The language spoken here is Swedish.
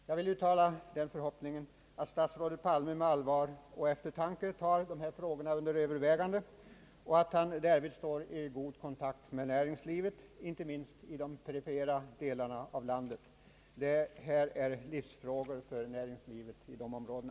Jag uttalar den förhoppningen att statsrådet Palme med allvar och eftertanke tar dessa frågor under övervägande och att han därvid står i god kontakt med näringslivet, inte minst i de perifera områdena av vårt land, där transportfrågorna är verkliga livsfrågor i näringspolitiken.